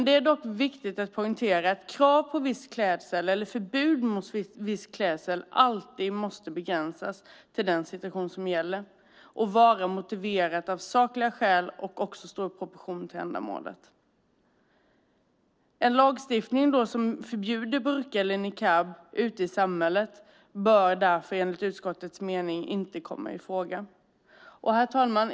Det är dock viktigt att poängtera att krav på eller förbud mot viss klädsel alltid måste begränsas till den situation som gäller. Det måste vara motiverat av sakliga skäl och stå i proportion till ändamålet. En lagstiftning som förbjuder burka eller niqab ute i samhället bör därför enligt utskottets mening inte komma i fråga. Herr talman!